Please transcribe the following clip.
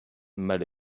mal